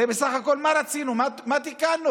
הרי בסך הכול מה רצינו, מה תיקנו,